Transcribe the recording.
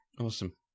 Awesome